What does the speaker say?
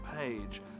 page